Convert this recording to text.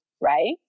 right